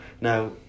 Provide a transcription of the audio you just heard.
Now